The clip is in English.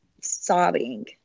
sobbing